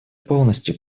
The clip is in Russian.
полностью